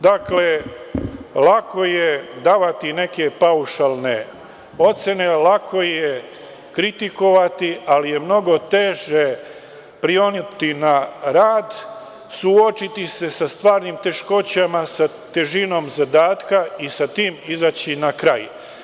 Dakle, lako je davati neke paušalne ocene, lako je kritikovati, ali je mnogo teže prionuti na rad, suočiti se sa stvarnim teškoćama, sa težinom zadatka i sa tim izaći na kraj.